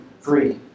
free